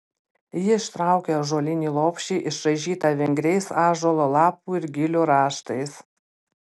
ji ištraukė ąžuolinį lopšį išraižytą vingriais ąžuolo lapų ir gilių raštais